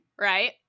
right